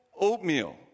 oatmeal